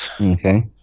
Okay